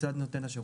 מצד נותן השירות.